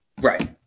Right